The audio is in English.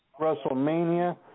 Wrestlemania